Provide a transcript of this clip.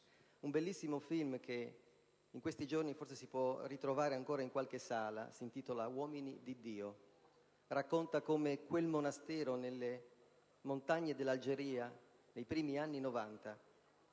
Un bellissimo film che in questi giorni forse si può ancora vedere in qualche sala e che si intitola «Uomini di Dio» racconta come in un monastero nelle montagne dell'Algeria, nei primi anni